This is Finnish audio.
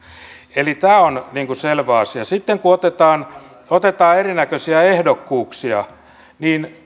eli tämä on selvä asia sitten kun otetaan otetaan erinäköisiä ehdokkuuksia niin